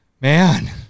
Man